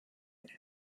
and